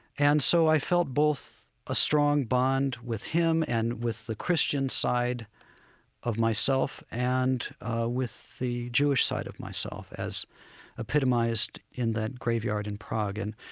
and so i felt both a strong bond with him and with the christian side of myself and with the jewish side of myself as epitomized in that graveyard in prague. and,